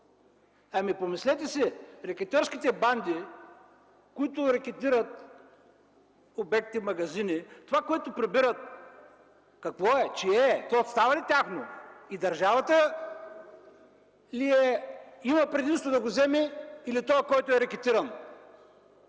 Помислете си, рекетьорските банди, които рекетират магазини, това, което прибират – какво е, чие е? То става ли тяхно? Държавата ли има предимство да го вземе, или този, който е рекетиран?